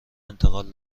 انتقال